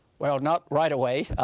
well, not right away.